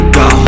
go